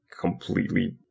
completely